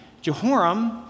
Jehoram